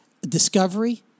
discovery